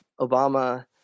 Obama